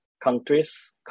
countries